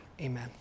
Amen